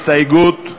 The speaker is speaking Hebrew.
הסתייגות מס'